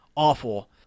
awful